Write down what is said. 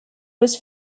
was